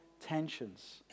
tensions